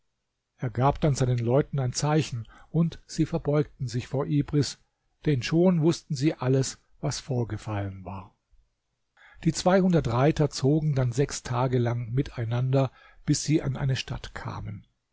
er gab dann seinen leuten ein zeichen und sie verbeugten sich vor ibris denn schon wußten sie alles was vorgefallen war die zweihundert reiter zogen dann sechs tage lang miteinander bis sie an eine stadt kamen